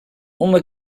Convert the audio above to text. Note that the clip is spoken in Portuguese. uma